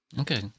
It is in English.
Okay